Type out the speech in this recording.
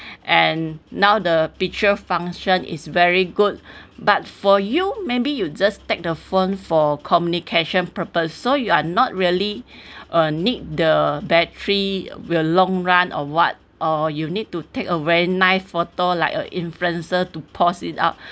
and now the picture function is very good but for you maybe you just take the phone for communication purpose so you are not really uh need the battery will long run or what or you need to take a very nice photo like a influencer to post it out